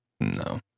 No